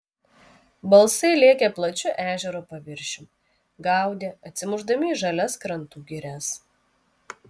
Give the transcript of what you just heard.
balsai lėkė plačiu ežero paviršium gaudė atsimušdami į žalias krantų girias